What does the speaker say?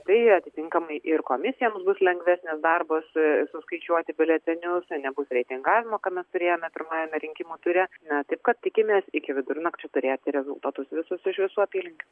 tai atitinkamai ir komisijoms bus lengvesnis darbas suskaičiuoti biuletenius nebus reitingavimo ką mes turėjome pirmajame rinkimų ture na taip kad tikimės iki vidurnakčio turėti rezultatus visus iš visų apylinkių